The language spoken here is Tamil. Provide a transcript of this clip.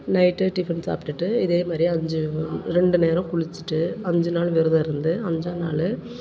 நைட்டு டிஃபன் சாப்பிடுட்டு இதே மாதிரியே அஞ்சு ரெண்டு நேரம் குளித்துட்டு அஞ்சு நாள் விரதம் இருந்து அஞ்சு நாள்